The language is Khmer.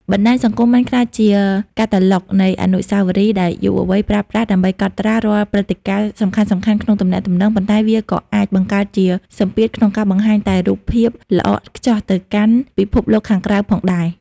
បណ្ដាញសង្គមបានក្លាយជា «កាតាឡុក» នៃអនុស្សាវរីយ៍ ដែលយុវវ័យប្រើប្រាស់ដើម្បីកត់ត្រារាល់ព្រឹត្តិការណ៍សំខាន់ៗក្នុងទំនាក់ទំនង ប៉ុន្តែវាក៏អាចបង្កើតជាសម្ពាធក្នុងការបង្ហាញតែរូបភាពល្អឥតខ្ចោះទៅកាន់ពិភពខាងក្រៅផងដែរ។